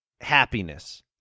happiness